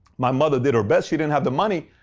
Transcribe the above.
my mother did her best. she didn't have the money.